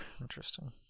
Interesting